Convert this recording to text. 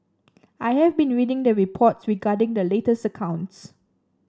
I have been reading the reports regarding the latest accounts